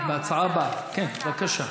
בהצעה הבאה, בבקשה.